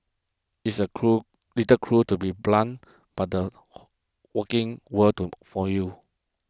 it's a cruel little cruel to be blunt but the working world to for you